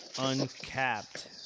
uncapped